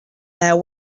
there